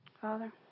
Father